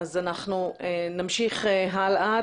אנחנו נמשיך הלאה.